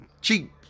Cheap